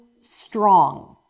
strong